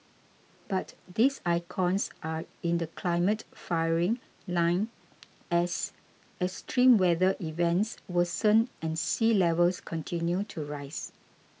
but these icons are in the climate firing line as extreme weather events worsen and sea levels continue to rise